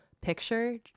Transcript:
picture